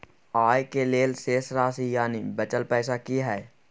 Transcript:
आय के लेल शेष राशि यानि बचल पैसा की हय?